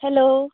hello